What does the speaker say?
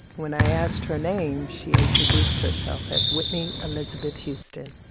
when i asked her name, she introduced herself as whitney elizabeth houston.